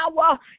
power